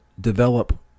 develop